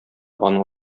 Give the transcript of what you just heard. аның